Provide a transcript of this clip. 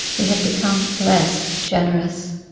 we have become less generous.